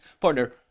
partner